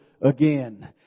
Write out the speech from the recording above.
again